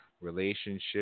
relationship